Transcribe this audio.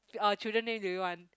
uh children name do you want